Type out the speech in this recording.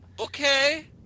okay